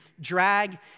drag